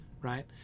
right